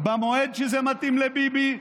במועד שזה מתאים לביבי,